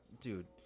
Dude